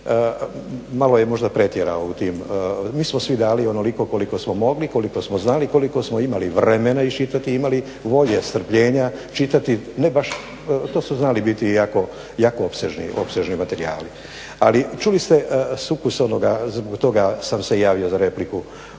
malo je možda pretjerao u tim. Mi smo svi dali onoliko koliko smo mogli, koliko smo znali, koliko smo imali vremena iščitati, imali volje, strpljenja čitati ne baš, to su znali biti jako opsežni materijali. Ali čuli ste sukus onoga, zbog toga sam se javio za repliku,